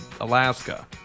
Alaska